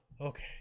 Okay